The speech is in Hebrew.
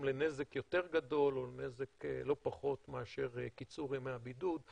לנזק יותר גדול או לנזק לא פחות מאשר קיצור ימי הבידוד.